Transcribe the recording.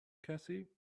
cassie